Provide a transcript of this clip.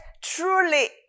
truly